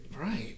Right